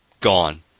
gone